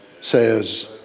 says